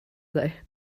sei